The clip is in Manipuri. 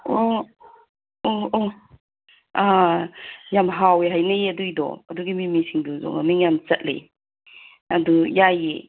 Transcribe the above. ꯑꯣ ꯑꯣ ꯑꯣ ꯌꯥꯝ ꯍꯥꯎꯋꯦ ꯍꯥꯏꯅꯩꯌꯦ ꯑꯗꯨꯗꯣ ꯑꯗꯨꯏ ꯃꯤꯃꯤ ꯁꯤꯡꯖꯨꯗꯣ ꯃꯃꯤꯡ ꯌꯥꯝ ꯆꯠꯂꯦ ꯑꯗꯨ ꯌꯥꯏꯌꯦ